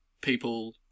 people